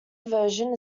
version